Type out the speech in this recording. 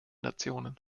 nationen